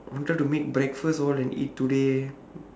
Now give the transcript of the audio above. wanted to make breakfast all and eat today